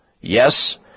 Yes